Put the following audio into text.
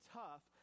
tough